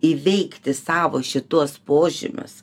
įveikti savo šituos požymius